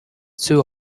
too